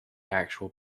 actual